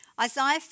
Isaiah